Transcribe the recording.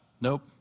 Nope